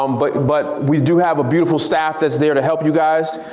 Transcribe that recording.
um but but we do have a beautiful staff that's there to help you guys.